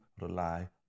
rely